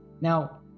Now